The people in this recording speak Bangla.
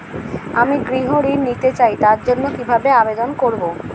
আমি গৃহ ঋণ নিতে চাই তার জন্য কিভাবে আবেদন করব?